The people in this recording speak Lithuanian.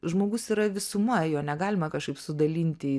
žmogus yra visuma jo negalima kažkaip sudalinti į